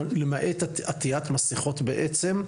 למעט עטית מסכות בעצם,